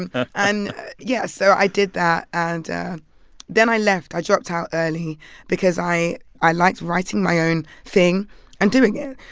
and and yeah. so i did that, and then i left. i dropped out early because i i liked writing my own thing and doing it.